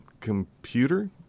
computer